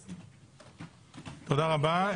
מנובמבר 20'. תודה רבה.